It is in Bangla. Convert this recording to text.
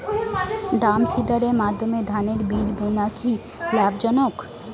ড্রামসিডারের মাধ্যমে ধানের বীজ বোনা কি লাভজনক?